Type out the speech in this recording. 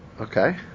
Okay